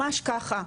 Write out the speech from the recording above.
ממש ככה,